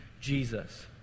Jesus